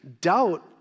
doubt